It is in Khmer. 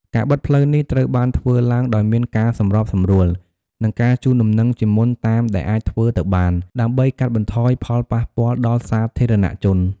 ការបិទផ្លូវនេះត្រូវបានធ្វើឡើងដោយមានការសម្របសម្រួល និងការជូនដំណឹងជាមុនតាមដែលអាចធ្វើទៅបាន ដើម្បីកាត់បន្ថយផលប៉ះពាល់ដល់សាធារណជន។